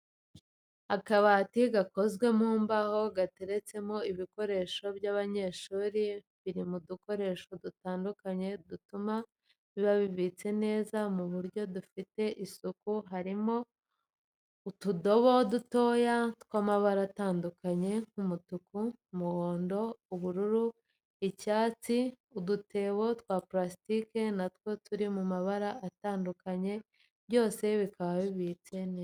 Akabati gakoze mu mbaho gateretsemo ibikoresho by'abanyeshuri biri mu dukoresho dutandukanye dutuma biba bibitse neza mu buryo bufite isuku harimo utudobo duto tw'amabara atandukanye, nk'umutuku, umuhondo, ubururu, icyatsi, udutebo twa parasitiki natwo turi mu mabara atandukanye byose bikaba bibitse neza.